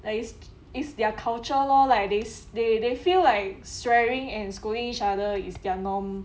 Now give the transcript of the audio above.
like is is their culture lor like this they they feel like swearing and scolding each other is their norm